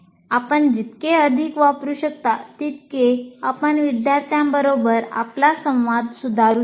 आपण जितके अधिक वापरू शकता तितके आपण विद्यार्थ्यांबरोबर आपला संवाद सुधारू शकता